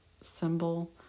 symbol